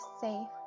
safe